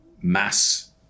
mass